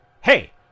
Hey